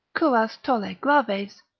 curas tolle graves,